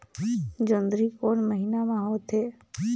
जोंदरी कोन महीना म होथे?